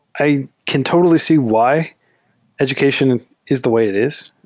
i can totally see why education is the way it is.